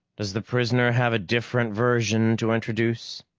does the prisoner have a different version to introduce?